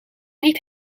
niet